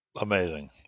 Amazing